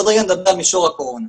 עוד רגע נדבר על מישור הקורונה.